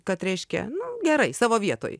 kad reiškia nu gerai savo vietoj